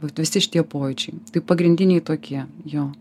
vat visi šitie pojūčiai tai pagrindiniai tokie jo